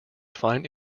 find